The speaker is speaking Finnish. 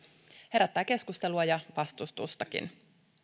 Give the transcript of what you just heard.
herättää keskustelua ja vastustustakin